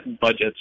budgets